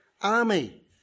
army